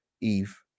Eve